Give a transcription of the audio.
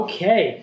Okay